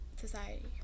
society